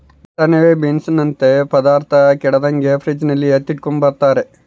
ಬಟಾಣೆ ಬೀನ್ಸನಂತ ಪದಾರ್ಥ ಕೆಡದಂಗೆ ಫ್ರಿಡ್ಜಲ್ಲಿ ಎತ್ತಿಟ್ಕಂಬ್ತಾರ